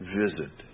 visit